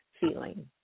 feeling